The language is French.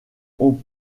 ont